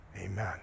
Amen